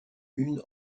une